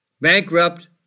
bankrupt